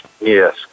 Yes